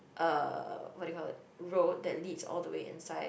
uh what do you call that road that leads all the way inside